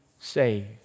saved